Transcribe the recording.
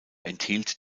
enthielt